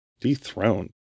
Dethroned